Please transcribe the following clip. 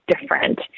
different